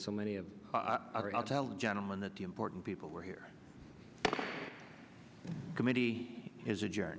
so many of i'll tell the gentleman that the important people were here committee is adjour